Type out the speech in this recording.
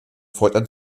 fortan